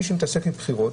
מי שמתעסק בבחירות